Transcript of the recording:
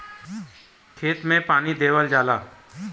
खेत मे पानी देवल जाला